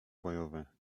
bojowe